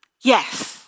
Yes